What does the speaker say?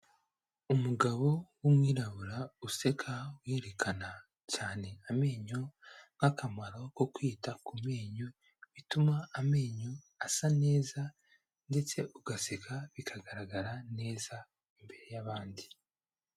Umugabo w'umwirabura useka wirekana cyane amenyo nk'akamaro ko kwita ku menyo, bituma amenyo asa neza ndetse ugaseka bikagaragara neza imbere y'abandi.